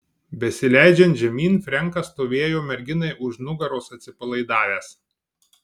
besileidžiant žemyn frenkas stovėjo merginai už nugaros atsipalaidavęs